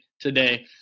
today